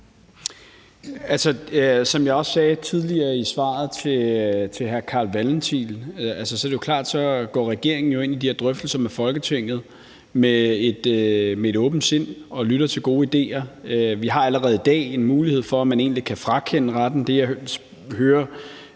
Som jeg også sagde tidligere i svaret til hr. Carl Valentin, er det jo klart, at regeringen går ind i de her drøftelser med Folketinget med et åbent sind og lytter til gode idéer. Vi har allerede i dag en mulighed for, at man egentlig kan frakende folk retten. Det, jeg hører